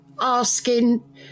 asking